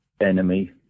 enemy